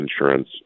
insurance